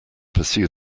pursue